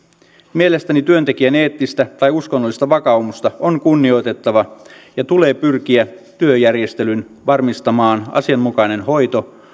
mielestäni työntekijän eettistä tai uskonnollista vakaumusta on kunnioitettava ja tulee pyrkiä työjärjestelyin varmistamaan asianmukainen hoito